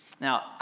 Now